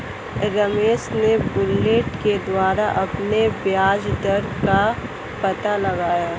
रमेश ने बुकलेट के द्वारा अपने ब्याज दर का पता लगाया